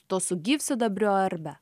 tos su gyvsidabriu ar be